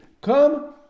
come